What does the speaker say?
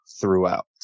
throughout